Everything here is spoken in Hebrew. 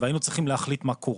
והיינו צריכים להחליט מה קורה.